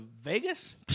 vegas